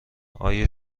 آیا